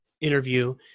interview